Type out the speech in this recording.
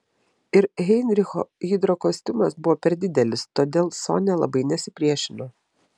ir heinricho hidrokostiumas buvo per didelis todėl sonia labai nesipriešino